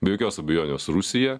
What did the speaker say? be jokios abejonės rusija